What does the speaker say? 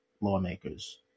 lawmakers